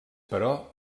però